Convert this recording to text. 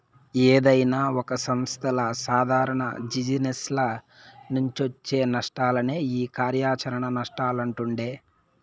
ఏదైనా ఒక సంస్థల సాదారణ జిజినెస్ల నుంచొచ్చే నష్టాలనే ఈ కార్యాచరణ నష్టాలంటుండె